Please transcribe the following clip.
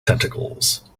tentacles